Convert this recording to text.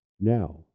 now